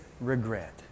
regret